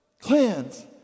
cleanse